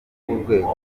b’urwego